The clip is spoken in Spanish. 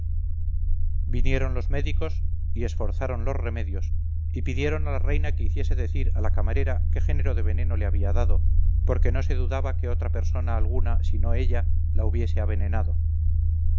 vinieron los médicos y esforzaron los remedios y pidieron a la reina que hiciese decir a la camarera qué género de veneno le había dado porque no se dudaba que otra persona alguna si no ella la hubiese avenenado